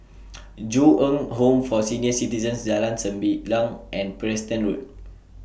Ju Eng Home For Senior Citizens Jalan Sembilang and Preston Road